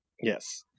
Yes